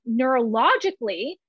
neurologically